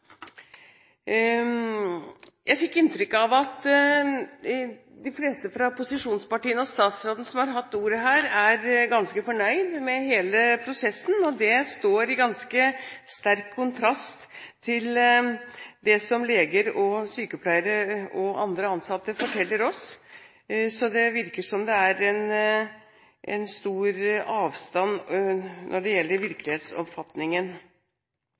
Jeg fikk inntrykk av at de fleste fra posisjonspartiene og statsråden som har hatt ordet her, er ganske fornøyd med hele prosessen. Det står i ganske sterk kontrast til det som leger, sykepleiere og andre ansatte forteller oss. Så det virker som det er en stor avstand når det gjelder virkelighetsoppfatningen.